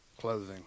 clothing